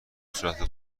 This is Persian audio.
صورت